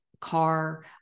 car